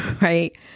Right